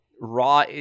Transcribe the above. raw